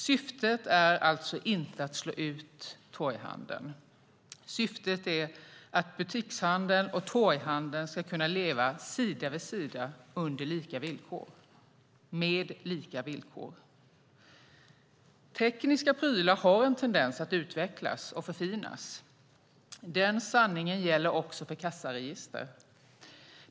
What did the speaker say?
Syftet är alltså inte att slå ut torghandeln, utan syftet är att butikshandeln och torghandeln ska kunna leva sida vid sida med lika villkor. Tekniska prylar har en tendens att utvecklas och förfinas, och den sanningen gäller även kassaregister.